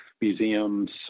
museums